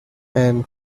and